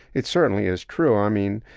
it, certainly, is true. i mean,